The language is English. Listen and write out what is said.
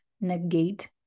negate